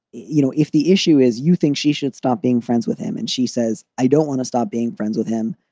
you know, if the issue is you think she should stop being friends with him and she says, i don't want to stop being friends with him,